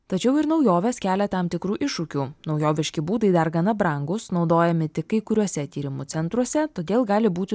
tačiau ir naujovės kelia tam tikrų iššūkių naujoviški būdai dar gana brangūs naudojami tik kai kuriuose tyrimų centruose todėl gali būti